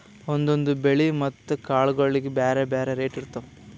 ಒಂದೊಂದ್ ಬೆಳಿ ಮತ್ತ್ ಕಾಳ್ಗೋಳಿಗ್ ಬ್ಯಾರೆ ಬ್ಯಾರೆ ರೇಟ್ ಇರ್ತವ್